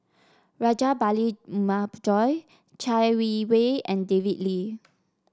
Rajabali Jumabhoy Chai Yee Wei and David Lee